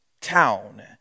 town